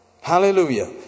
hallelujah